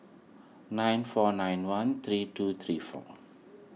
nine four nine one three two three four